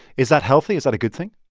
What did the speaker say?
is that healthy? is that a good thing?